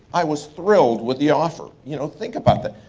i was thrilled with the offer. you know think about that,